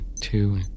Two